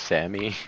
Sammy